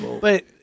But-